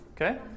Okay